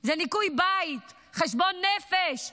זה ניקוי בית, חשבון נפש.